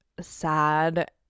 sad